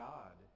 God